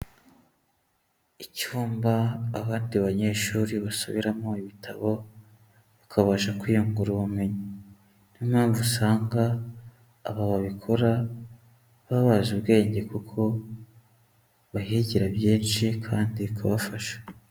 Icyumba abandi banyeshuri basubiramo ibitabo, bakabasha kwiyungura ubumenyi ni yo impamvu usanga aba babikora baba bazi ubwenge, kuko bahigira byinshi kandi bikabafasha.